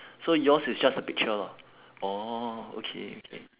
so yours is just a picture lah oh okay okay